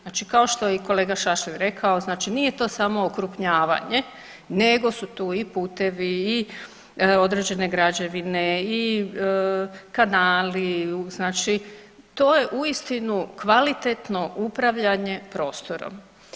Znači kao što je i kolega Šašlin rekao nije to samo okrupnjavanje nego su tu i putevi i određene građevine i kanali u znači to je uistinu kvalitetno upravljanje prostorom.